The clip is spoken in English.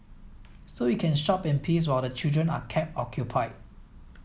so you can shop in peace while the children are kept occupied